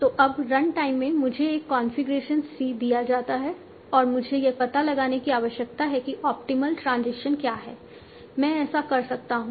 तो अब run time में मुझे एक कॉन्फ़िगरेशन c दिया जाता है और मुझे यह पता लगाने की आवश्यकता है कि ऑप्टिमल ट्रांजिशन क्या है मैं ऐसा कैसे कर सकता हूं